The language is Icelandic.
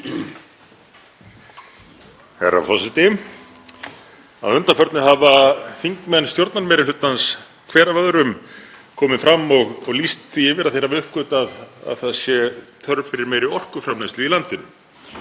Herra forseti. Að undanförnu hafa þingmenn stjórnarmeirihlutans hver af öðrum komið fram og lýst því yfir að þeir hafi uppgötvað að það sé þörf fyrir meiri orkuframleiðslu í landinu.